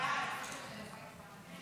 הצעת סיעת יש